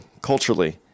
culturally